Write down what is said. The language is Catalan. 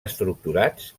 estructurats